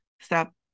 stop